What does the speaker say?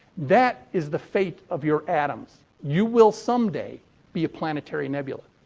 that is the fate of your atoms. you will someday be a planetary nebula.